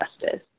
justice